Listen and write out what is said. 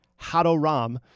Hadoram